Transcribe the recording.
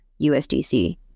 USDC